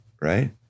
right